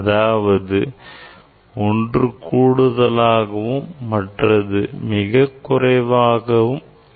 அதாவது ஒன்று கூடுதலாகவும் மற்றது மிகக் குறைவாகவும் இருக்கும்